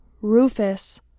Rufus